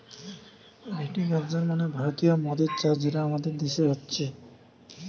ভিটি culture মানে ভারতীয় মদের চাষ যেটা আমাদের দেশে হচ্ছে